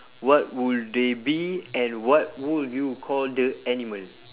what would they be and what would you call the animal